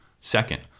Second